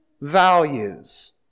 values